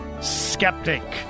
skeptic